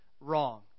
wrong